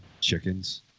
Chickens